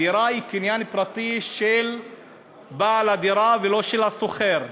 הדירה היא קניין פרטי של בעל הדירה, ולא של השוכר.